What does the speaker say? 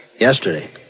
Yesterday